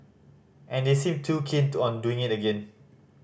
and they seem to keen to on doing it again